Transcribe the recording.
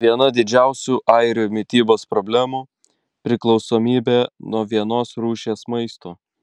viena didžiausių airių mitybos problemų priklausomybė nuo vienos rūšies maisto